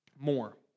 more